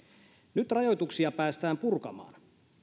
nyt rajoituksia päästään purkamaan